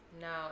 No